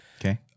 okay